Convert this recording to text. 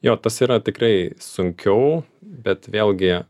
jo tas yra tikrai sunkiau bet vėlgi